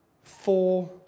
four